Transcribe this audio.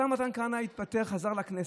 השר מתן כהנא התפטר, חזר לכנסת,